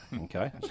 Okay